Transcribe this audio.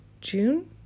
June